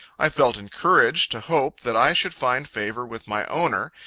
i felt encouraged to hope that i should find favor with my owner,